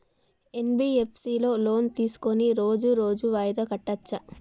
NBFS లో loan తీస్కొని రోజు రోజు వాయిదా కట్టచ్ఛా?